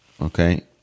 okay